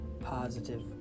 positive